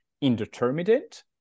indeterminate